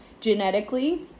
genetically